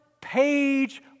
page